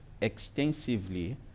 extensively